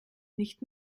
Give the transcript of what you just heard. nicht